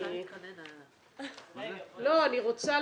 אני רוצה,